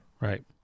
right